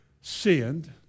sinned